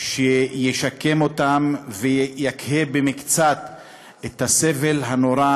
שישקם אותם ויקהה במקצת את הסבל הנורא